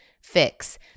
fix